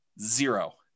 Zero